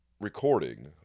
recording